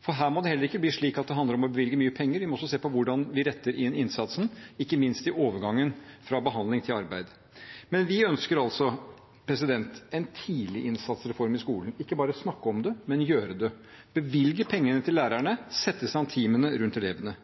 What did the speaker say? for her må det heller ikke bli slik at det handler om å bevilge mye penger; vi må også se på hvordan en retter inn innsatsen, ikke minst i overgangen fra behandling til arbeid. Vi ønsker altså en tidlig innsats-reform i skolen, ikke bare å snakke om det, men gjøre det – bevilge pengene til lærerne, sette i stand teamene rundt elevene.